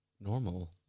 normal